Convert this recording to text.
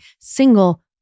single